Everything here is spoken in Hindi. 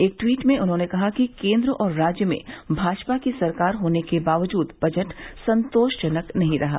एक टवीट में उन्होंने कहा कि केन्द्र और राज्य में भाजपा की सरकार होने के बावजूद बजट संतोषजनक नहीं रहा